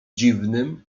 dziwnym